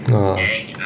orh